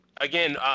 Again